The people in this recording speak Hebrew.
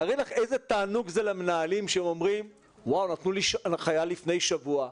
תארי לך איזה תענוג זה למנהלים שאומרים שנתנו להם הנחיה לפני שבוע,